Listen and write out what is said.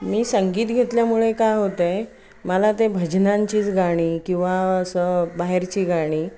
मी संगीत घेतल्यामुळे काय होतं आहे मला ते भजनांचीच गाणी किंवा असं बाहेरची गाणी